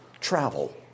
travel